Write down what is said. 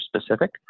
specific